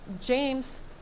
James